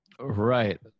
Right